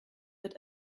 wird